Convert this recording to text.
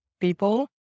people